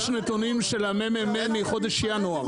יש נתונים של הממ"מ מחודש ינואר.